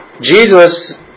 Jesus